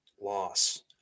Loss